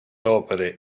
opere